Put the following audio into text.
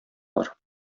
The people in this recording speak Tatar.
бар